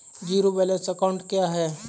Zero balance account क्या है?